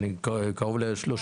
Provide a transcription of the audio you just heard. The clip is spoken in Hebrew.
קרוב ל-30